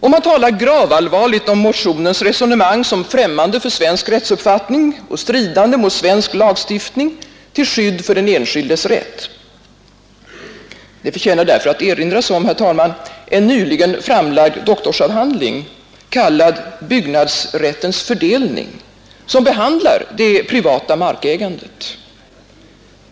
Och man talar gravallvarligt om motionens resonemang som främmande för svensk rättsuppfattning och stridande mot svensk lagstiftning till skydd för den enskildes rätt. Det förtjänar därför, herr talman, att erinras om en nyligen framlagd doktorsavhandling, kallad Byggnadsrättens fördelning, som behandlar det privata markägandet.